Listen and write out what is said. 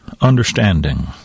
understanding